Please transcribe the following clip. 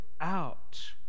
out